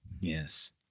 Yes